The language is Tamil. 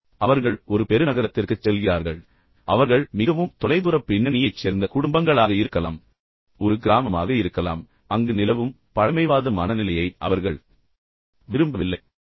எனவே அவர்கள் ஒரு பெருநகரத்திற்குச் செல்கிறார்கள் அவர்கள் அவர்கள் மிகவும் தொலைதூரப் பின்னணியைச் சேர்ந்த குடும்பங்களாக இருக்கலாம் ஒரு கிராமமாக இருக்கலாம் எனவே அங்கு நிலவும் பழமைவாத மனநிலையை அவர்கள் விரும்பவில்லை அவர்கள் அதை விட்டுவிட்டனர்